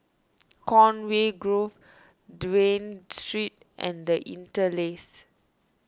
Conway Grove Dafne Street and the Interlace